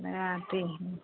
मैं आती हूँ